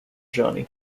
johnny